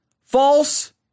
false